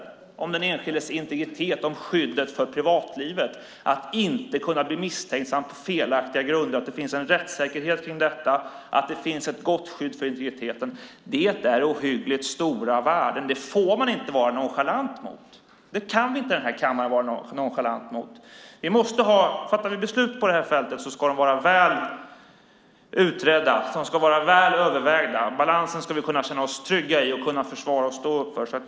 Det handlar om den enskildes integritet, om skyddet för privatlivet att inte kunna bli misstänkt på felaktiga grunder. Det finns en rättssäkerhet i att ha ett gott skydd för integriteten. Det är ohyggligt stora värden. Det får man inte vara nonchalant mot. Det kan inte den här kammaren vara nonchalant mot. Fattar vi beslut på det här fältet ska de vara väl utredda. De ska vara väl övervägda. Det ska vara en balans som vi ska känna oss trygga med, kunna försvara och stå upp för.